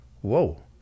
whoa